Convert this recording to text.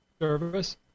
service